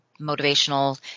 motivational